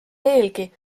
veelgi